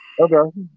Okay